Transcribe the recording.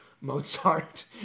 Mozart